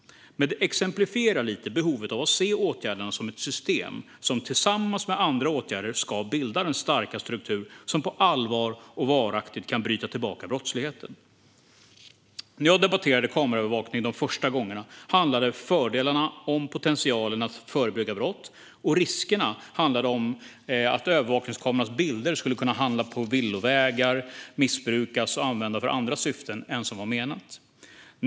Men det exemplifierar lite behovet av att se åtgärderna som ett system som tillsammans med andra åtgärder ska bilda den starka struktur som på allvar och varaktigt kan bryta tillbaka brottsligheten. När jag debatterade kameraövervakning de första gångerna handlade fördelarna om potentialen att förebygga brott. Riskerna handlade om att övervakningskamerornas bilder skulle kunna hamna på villovägar, missbrukas och användas för andra syften än vad som var menat.